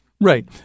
Right